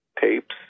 tapes